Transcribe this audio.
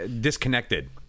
disconnected